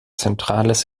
zentrales